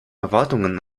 erwartungen